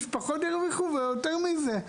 משפחות ירוויחו ויותר מזה,